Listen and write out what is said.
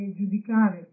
giudicare